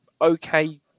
okay